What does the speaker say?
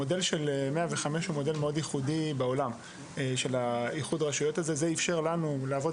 המודל של 105 הוא ייחודי בעולם זה איפשר לנו לעבוד